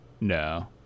No